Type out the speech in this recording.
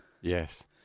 Yes